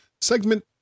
segment